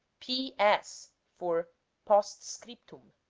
p. s. for post scriptum,